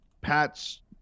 Pat's